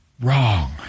wrong